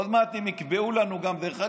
עוד מעט הם יקבעו לנו שההצבעות,